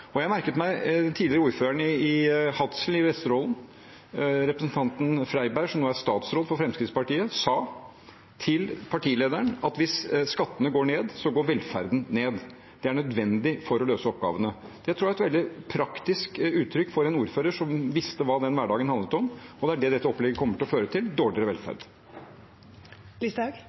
barnehageplasser. Jeg merket meg at den tidligere ordføreren i Hadsel i Vesterålen, representanten Freiberg, som nå er statsråd for Fremskrittspartiet, sa til partilederen at hvis skattene går ned, går velferden ned. Det er nødvendig for å løse oppgavene. Det tror jeg er et veldig praktisk uttrykk fra en ordfører som visste hva den hverdagen handlet om. Og det er det dette opplegget kommer til å føre til: dårligere velferd.